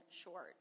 short